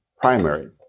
primary